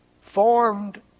formed